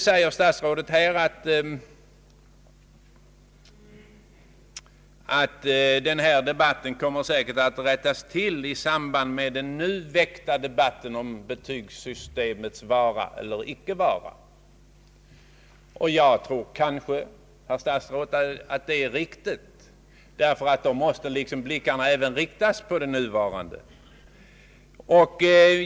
Herr statsrådet säger att detta missförstånd i debatten säkert kommer att rättas till genom den diskussion om betygsystemets vara eller icke vara som nu pågår. Jag tror att det kan vara riktigt, herr statsråd, därför att då måste ju blicken riktas även på det nuvarande systemet.